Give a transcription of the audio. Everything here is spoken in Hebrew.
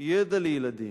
ידע לילדים,